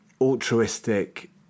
altruistic